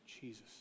Jesus